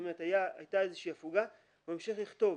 היתה איזושהי הפוגה, והוא ממשיך לכתוב.